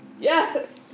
Yes